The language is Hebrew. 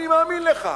אני מאמין לך.